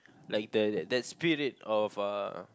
like the that spirit of uh